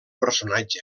personatge